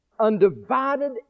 undivided